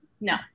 no